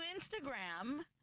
Instagram